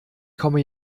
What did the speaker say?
komme